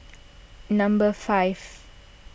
number five